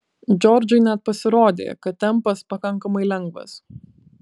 džordžui net pasirodė kad tempas pakankamai lengvas